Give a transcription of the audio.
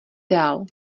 dál